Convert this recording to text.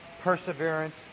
perseverance